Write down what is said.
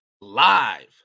live